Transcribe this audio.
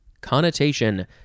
Connotation